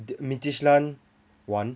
midtyjlland 玩